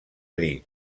dir